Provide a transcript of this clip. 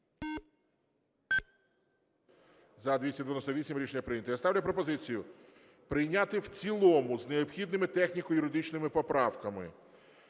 За-298 Рішення прийнято. Я ставлю пропозицію прийняти в цілому з необхідними техніко-юридичними поправками